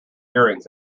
earrings